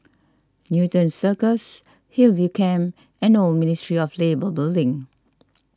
Newton Circus Hillview Camp and Old Ministry of Labour Building